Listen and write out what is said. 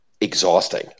exhausting